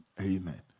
Amen